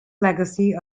legacy